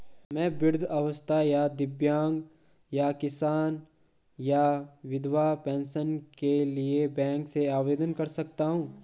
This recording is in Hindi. मैं वृद्धावस्था या दिव्यांग या किसान या विधवा पेंशन के लिए बैंक से आवेदन कर सकता हूँ?